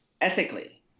ethically